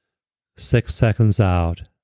six seconds out.